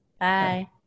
Bye